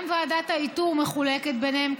גם ועדת האיתור מחולקת ביניהם,